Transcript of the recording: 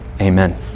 Amen